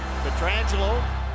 Petrangelo